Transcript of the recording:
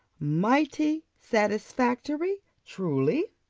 mighty satisfactory, truly!